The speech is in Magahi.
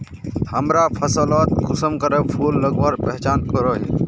हमरा फसलोत कुंसम करे फूल लगवार पहचान करो ही?